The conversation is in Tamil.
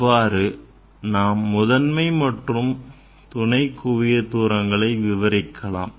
இவ்வாறு நாம் முதன்மை மற்றும் துணை குவியத் தூரங்களை விவரிக்கலாம்